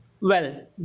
Well